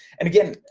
and again,